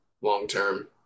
long-term